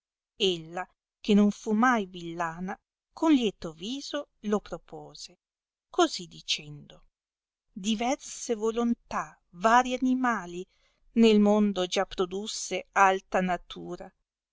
ella che non fu mai villana con lieto viso lo propose così dicendo diverse volontà vari animali nel mondo già produsse alta natura